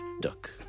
duck